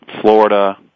Florida